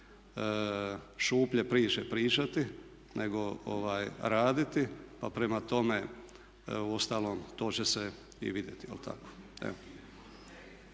šuplje priče pričati nego raditi. Pa prema tome, uostalom to će se i vidjeti,